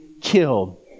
killed